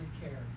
care